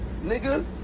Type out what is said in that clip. Nigga